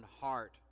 heart